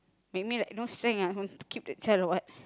make me like no strength ah want to keep the child or what